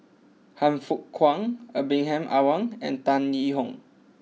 Han Fook Kwang Ibrahim Awang and Tan Yee Hong